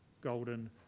golden